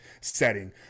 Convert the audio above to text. setting